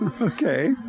Okay